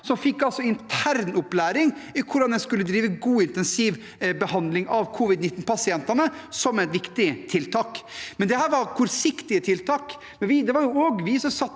som fikk internopplæring i hvordan man skulle drive god intensivbehandling av covid-19-pasientene – som et viktig tiltak. Dette var kortsiktige tiltak.